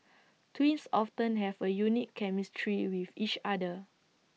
twins often have A unique chemistry with each other